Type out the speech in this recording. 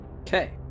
Okay